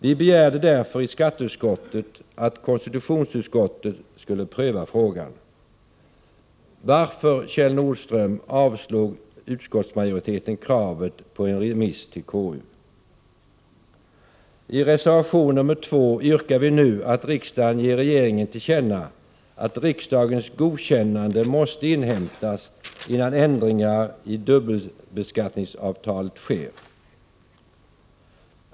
Vi begärde därför i skatteutskottet att konstitutionsutskottet skulle pröva frågan. Varför, Kjell Nordström, avslog utskottsmajoriteten kravet på remiss till KU? I reservation nr 2 yrkar vi nu att riksdagen ger regeringen till känna att riksdagens godkännande måste inhämtas innan ändringar i dubbelbeskattningsavtalet sker.